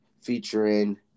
featuring